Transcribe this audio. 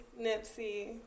Nipsey